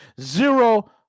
zero